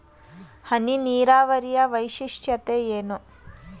ಹನಿ ನೀರಾವರಿಯ ವೈಶಿಷ್ಟ್ಯತೆ ಏನು?